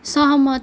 सहमत